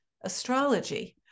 astrology